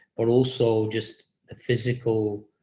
but also just a physical